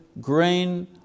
grain